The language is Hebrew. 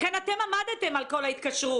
לכן אתם עמדתם על כל ההתקשרות.